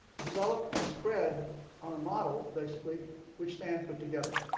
developed and spread on a model basically which stan put together.